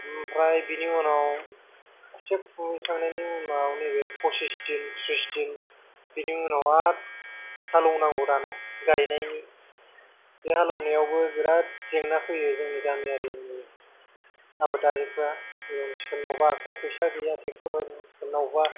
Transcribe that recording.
ओमफ्राय बिनि उनाव खोथिया खुबै खांनायनि उनाव नैबे फसिस दिन थ्रिस दिन बिनि उनाव आर हालौ नांगौ दाना गायनायनि बे हालौनायावबो बेराद जेंना फैयो जोंनि गामियारिनि आबादारिफ्रा सोरनावबाथ' फैसा गैया टेक्टर होनो सोरनावबा